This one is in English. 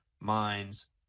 minds